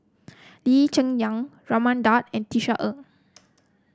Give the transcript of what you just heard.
Lee Cheng Yan Raman Daud and Tisa Ng